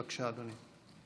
בבקשה, אדוני.